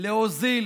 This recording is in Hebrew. להוזיל